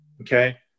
Okay